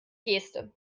geste